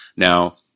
Now